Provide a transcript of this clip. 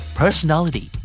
personality